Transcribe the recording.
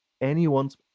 anyone's